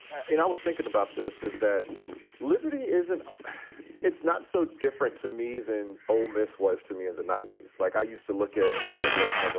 and i was thinking about this, is that liberty isn't it's not so different to me than ole miss was to me in the ninety s. like i used to look at ole miss and i but